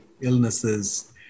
illnesses